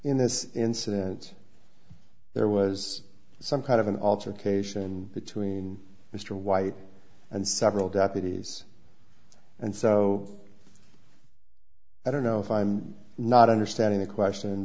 in this incident there was some kind of an altercation between mr white and several deputies and so i don't know if i'm not understanding the question